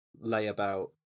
layabout